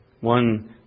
One